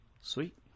Sweet